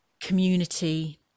community